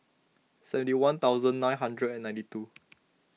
seventy one thousand nine hundred and ninety two